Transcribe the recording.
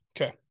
Okay